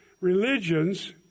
religions